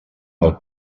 del